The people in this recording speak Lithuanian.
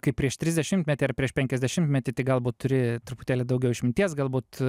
kaip prieš trisdešimtmetį ar prieš penkiasdešimtmetį tik galbūt turi truputėlį daugiau išminties galbūt